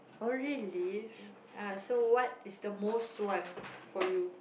oh really ah so what is the most one for you